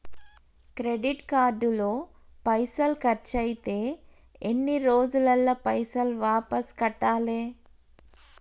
Credit card లో పైసల్ ఖర్చయితే ఎన్ని రోజులల్ల పైసల్ వాపస్ కట్టాలే?